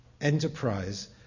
Enterprise